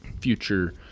future